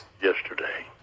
yesterday